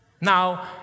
Now